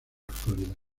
actualidad